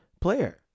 player